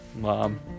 Mom